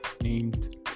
named